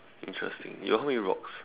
interesting you got how many rocks